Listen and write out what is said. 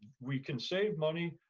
we can save money.